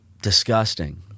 Disgusting